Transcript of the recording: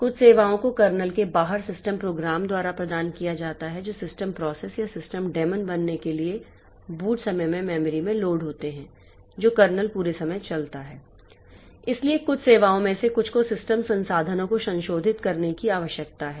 कुछ सेवाओं को कर्नेल के बाहर सिस्टम प्रोग्राम द्वारा प्रदान किया जाता है जो सिस्टम प्रोसेस या सिस्टम डेमॉन बनने के लिए बूट समय में मेमोरी में लोड होते हैं जो कर्नेल पूरे समय चलता है इसलिए कुछ सेवाओं में से कुछ को सिस्टम संसाधनों को संशोधित करने की आवश्यकता है